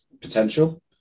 potential